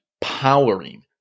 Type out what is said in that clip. powering